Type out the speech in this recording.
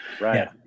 right